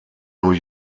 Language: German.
new